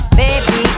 baby